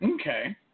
Okay